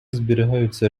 зберігаються